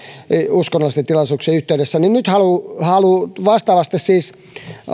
uskonnollisten tilaisuuksien yhteydessä haluaa vastaavasti siis